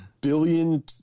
billion